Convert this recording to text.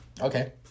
Okay